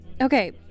Okay